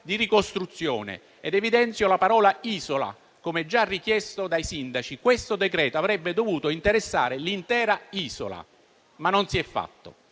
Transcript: di ricostruzione. Evidenzio la parola isola. Come già richiesto dai sindaci, questo decreto avrebbe dovuto interessare l'intera isola, ma non si è fatto.